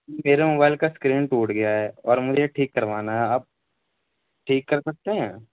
میرے موبائل کا اسکرین ٹوٹ گیا ہے اور مجھے ٹھیک کروانا ہے آپ ٹھیک کر سکتے ہیں